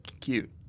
cute